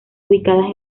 ubicadas